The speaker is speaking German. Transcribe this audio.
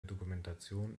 dokumentation